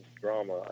drama